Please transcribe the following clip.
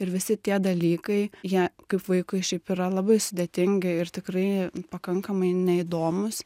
ir visi tie dalykai jie kaip vaikui šiaip yra labai sudėtingi ir tikrai pakankamai neįdomūs